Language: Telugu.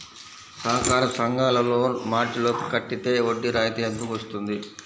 సహకార సంఘాల లోన్ మార్చి లోపు కట్టితే వడ్డీ రాయితీ ఎందుకు ఇస్తుంది?